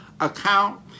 account